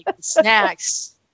snacks